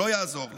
לא יעזור לה.